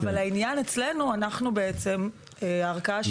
אבל העניין אצלנו שאנחנו ערכאה שיפוטית